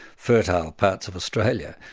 fertile parts of australia,